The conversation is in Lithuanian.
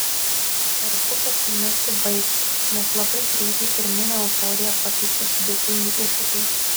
svarbu kad ji nesibaigtų nes labai greitai pirminę euforiją pakeičia sudėtingi iššūkiai